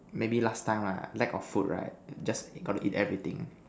maybe last time lah lack of food right just eat got to eat everything